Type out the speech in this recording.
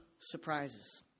surprises